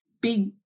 big